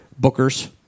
Bookers